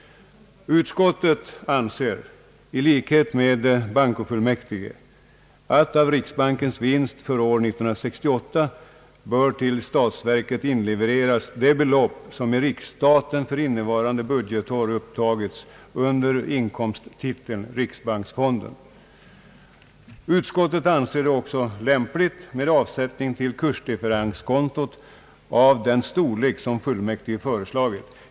Utskottet anser i likhet med bankofullmäktige att av riksbankens vinst för år 1968 till statsverket bör inlevereras det belopp som i riksstaten för innevarande budgetår upptagits under inkomsttiteln Riksbanksfonden. Utskottet anser det också lämpligt med avsättning till kursdifferenskontot av den storlek fullmäktige föreslagit.